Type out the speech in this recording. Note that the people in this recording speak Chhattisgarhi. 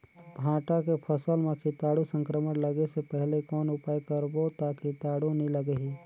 भांटा के फसल मां कीटाणु संक्रमण लगे से पहले कौन उपाय करबो ता कीटाणु नी लगही?